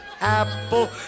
apple